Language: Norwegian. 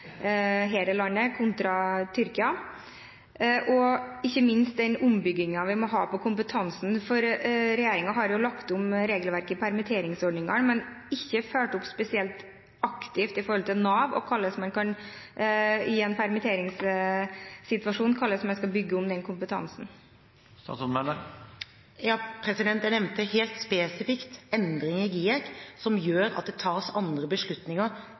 landet kontra i Tyrkia? Og ikke minst når det gjelder den omleggingen vi må ha på kompetanse: Regjeringen har jo lagt om regelverket i permitteringsordningene, men ikke fulgt opp spesielt aktivt i forhold til Nav. Hvordan skal man i en permitteringssituasjon legge om den kompetansen? Jeg nevnte helt spesifikt endringer i GIEK, som gjør at det tas andre beslutninger